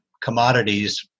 commodities